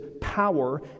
power